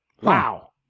Wow